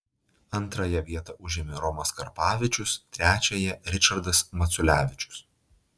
antrąją vietą užėmė romas karpavičius trečiąją ričardas maculevičius